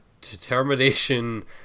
determination